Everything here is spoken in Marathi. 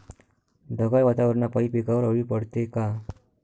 ढगाळ वातावरनापाई पिकावर अळी पडते का?